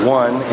one